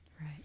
Right